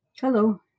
Hello